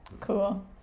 Cool